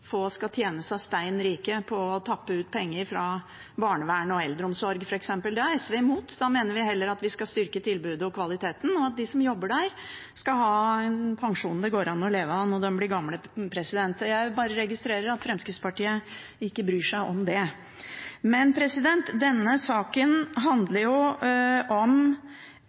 få skal tjene seg steinrike på å tappe ut penger fra barnevern og eldreomsorg, f.eks. Det er SV imot. Da mener vi at vi heller skal styrke tilbudet og kvaliteten, og at de som jobber der, skal ha en pensjon det går an å leve av når de blir gamle. Jeg bare registrerer at Fremskrittspartiet ikke bryr seg om det. Denne saken handler jo også om